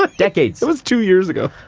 ah decades. it was two years ago.